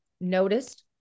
noticed